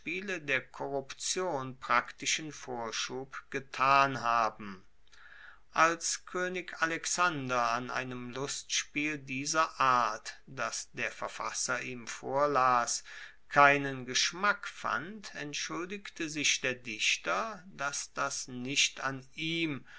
der korruption praktischen vorschub getan haben als koenig alexander an einem lustspiel dieser art das der verfasser ihm vorlas keinen geschmack fand entschuldigte sich der dichter dass das nicht an ihm